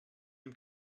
ihm